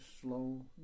slow